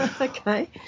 Okay